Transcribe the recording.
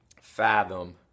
fathom